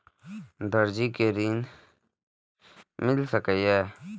दर्जी कै ऋण मिल सके ये?